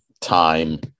time